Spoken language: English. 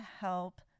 help